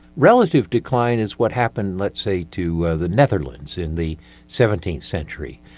relative decline is what happened, let's say, to the netherlands in the seventeenth century.